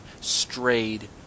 strayed